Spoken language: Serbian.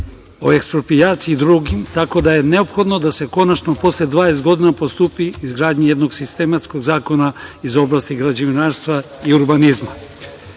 o eksproprijaciji i drugim, tako da je neophodno da se konačno, posle dvadeset godina postupi izgradnji jednog sistematskog zakona iz oblasti građevinarstva i urbanizma. Izmena